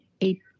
eight